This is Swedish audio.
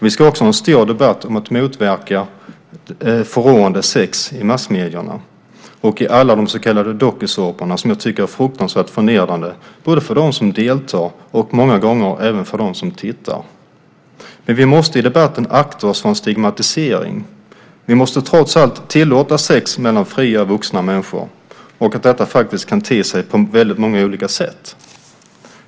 Vi ska också ha en stor debatt om att motverka förråande sex i massmedierna och i de så kallade dokusåporna, vilket jag tycker är oerhört förnedrande både för dem som deltar och många gånger även för dem som tittar. Men vi måste i debatten akta oss för en stigmatisering. Vi måste trots allt tillåta sex mellan fria vuxna människor och inse att detta kan te sig på många olika sätt.